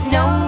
no